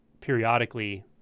periodically